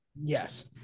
Yes